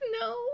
No